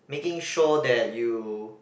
making sure that you